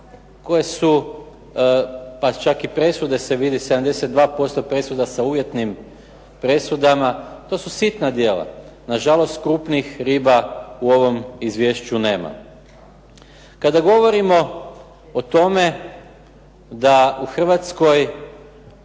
koja su pa čak i presude se vidi 72% presuda sa uvjetnim presudama, to su sitna djela. Nažalost krupnih riba u ovom izvješću nema. Kada govorimo o tome da u Hrvatskoj